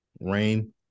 rain